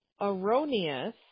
Erroneous